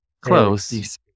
Close